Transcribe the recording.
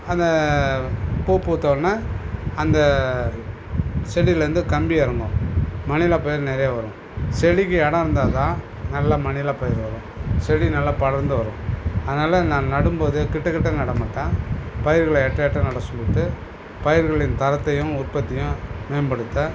அந்த பூ பூத்த உடனே அந்த செடிலேந்து கம்பி இறங்கும் மணிலா பயிர் நிறைய வரும் செடிக்கு இடம் இருந்தால் தான் நல்லா மணிலா பயிர் வரும் செடி நல்லா படர்ந்து வரும் அதனால் நான் நடும்போது கிட்ட கிட்ட நட மாட்டேன் பயிர்களை எட்ட எட்ட நட சொல்லிவிட்டு பயிர்களின் தரத்தையும் உற்பத்தியும் மேம்படுத்த